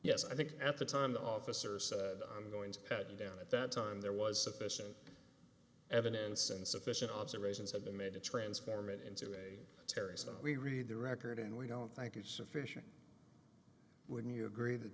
yes i think at the time the officer said on going to pat you down at that time there was sufficient evidence and sufficient observations had been made to transform it into a terrorism we read the record and we don't thank you sufficient wouldn't you agree that